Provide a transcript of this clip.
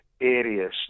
areas